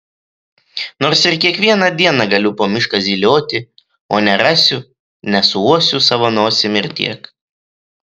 nors ir kiekvieną dieną galiu po mišką zylioti o nerasiu nesuuosiu savo nosim ir tiek